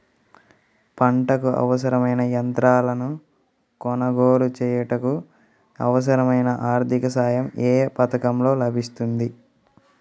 పంటకు అవసరమైన యంత్రాలను కొనగోలు చేయుటకు, అవసరమైన ఆర్థిక సాయం యే పథకంలో లభిస్తుంది?